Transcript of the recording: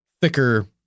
thicker